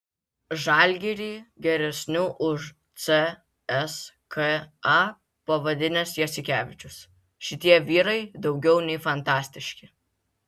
žalgirį geresniu už cska pavadinęs jasikevičius šitie vyrai daugiau nei fantastiški